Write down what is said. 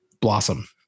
Blossom